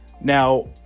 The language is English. Now